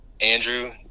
Andrew